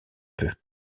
peu